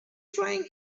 trying